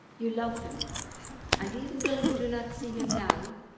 you love him and even though you do not see him now,